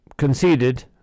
Conceded